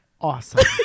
awesome